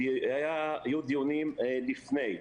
היו דיונים לפני,